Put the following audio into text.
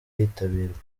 yitabirwa